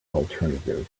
alternative